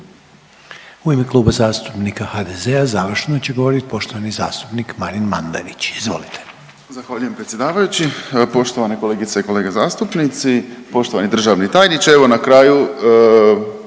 U ime Kluba zastupnika HDZ-a završno će govorit poštovani zastupnik Marin Mandarić, izvolite. **Mandarić, Marin (HDZ)** Zahvaljujem predsjedavajući, poštovane kolegice i kolege zastupnici, poštovani državni tajniče, evo na kraju,